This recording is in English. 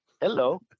hello